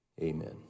Amen